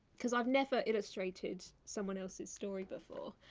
cause i've never illustrated someone else's story before,